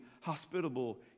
hospitable